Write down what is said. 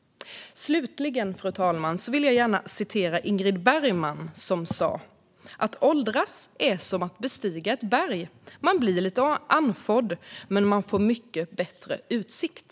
Fru talman! Slutligen vill jag referera vad Ingrid Bergman sa: Att åldras är som att bestiga ett berg. Man blir lite andfådd, men man får en mycket bättre utsikt.